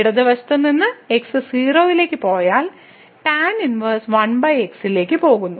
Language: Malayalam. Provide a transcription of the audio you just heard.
ഇടതുവശത്ത് നിന്ന് x 0 ലേക്ക് പോയാൽ tan 1 1x ലേക്ക് പോകുന്നു